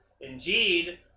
indeed